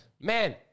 man –